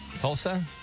Tulsa